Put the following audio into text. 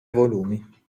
volumi